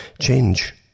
Change